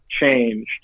changed